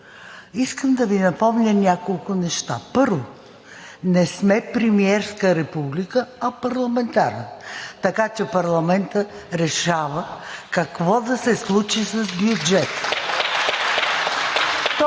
искам да Ви напомня няколко неща. Първо, не сме премиерска република, а парламентарна, така че парламентът решава какво да се случи с бюджета.